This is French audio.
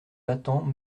battant